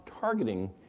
targeting